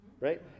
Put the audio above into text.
Right